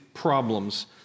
problems